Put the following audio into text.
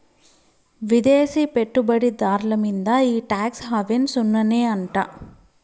విదేశీ పెట్టుబడి దార్ల మీంద ఈ టాక్స్ హావెన్ సున్ననే అంట